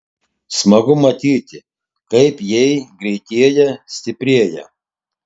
smagu matyti kaip jei greitėja stiprėja